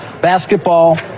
basketball